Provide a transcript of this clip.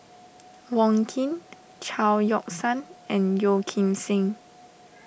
Wong Keen Chao Yoke San and Yeo Kim Seng